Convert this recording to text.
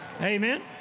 Amen